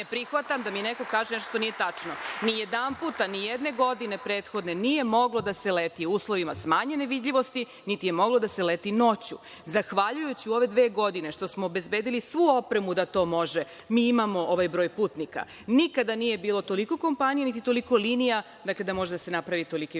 prihvatam da mi neko kaže nešto što nije tačno. Nijedanput, nijedne godine prethodne, nije moglo da se leti u uslovima smanjene vidljivosti, niti je moglo da se leti noću. Zahvaljujući u ove dve godine što smo obezbedili svu opremu da to može, mi imamo ovaj broj putnika. Nikada nije bilo toliko kompanija, niti toliko linija da može da se napravi toliki broj